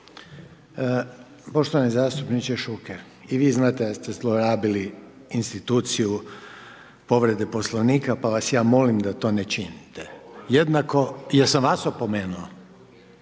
Poštovani zastupniče Šuker, i vi znate da ste zlorabili instituciju povrede Poslovnika, pa vas ja molim da to ne činite. Jednako, jesam vas opomenuo?